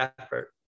effort